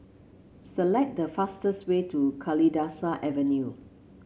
select the fastest way to Kalidasa Avenue